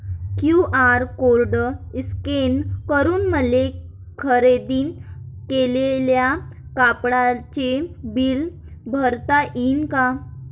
QR code scan करून मले खरेदी केलेल्या कापडाचे बिल भरता यीन का?